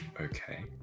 Okay